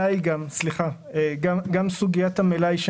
לבדוק גם את סוגיית המלאי,